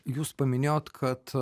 jūs paminėjot kad